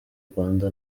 rwanda